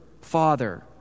Father